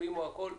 הרימו הכול.